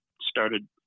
started